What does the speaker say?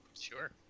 Sure